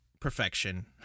perfection